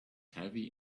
heavy